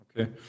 Okay